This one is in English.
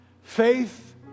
Faith